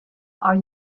are